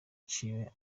ciwe